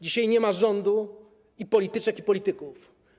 Dzisiaj nie ma rządu, polityczek i polityków.